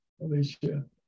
Alicia